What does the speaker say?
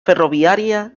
ferroviaria